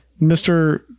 Mr